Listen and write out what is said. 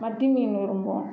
மத்தி மீன் விரும்புவோம்